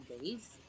days